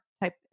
type